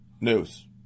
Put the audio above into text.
news